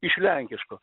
iš lenkiško